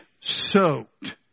soaked